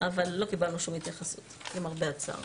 אבל לא קיבלנו שום התייחסות, למרבה הצער.